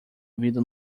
vida